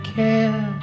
care